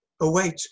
Await